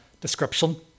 description